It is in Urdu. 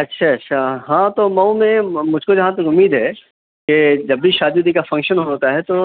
اچھا اچھا ہاں تو مؤ میں مجھ کو جہاں تک اُمید ہے کہ جب بھی شادی وادی کا فنکشن ہوتا ہے تو